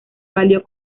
valió